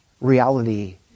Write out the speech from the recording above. reality